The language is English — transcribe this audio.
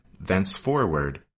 thenceforward